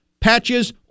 patches